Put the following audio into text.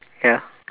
ya